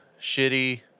shitty